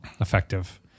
effective